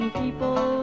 people